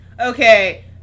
Okay